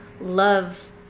love